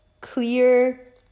clear